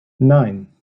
nein